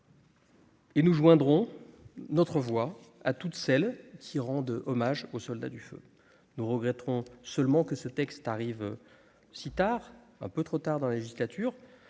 Nous joindrons notre voix à toutes celles qui rendent hommage aux soldats du feu. Nous regrettons seulement que ce texte arrive si tard dans le calendrier législatif.